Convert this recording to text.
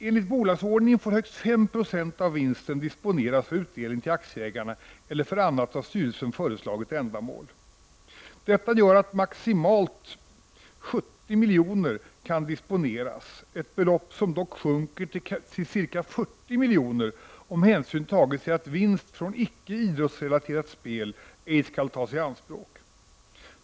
Enligt bolagsordningen får högst 5 90 av vinsten disponeras för utdelning till aktieägarna eller för annat av styrelsen föreslaget ändamål. Detta gör att maximalt 70 milj.kr. kan disponeras, ett belopp som dock sjunker till ca 40 milj.kr. om hänsyn tages till att vinst från icke idrottsrelaterat spel ej skall tas i anspråk.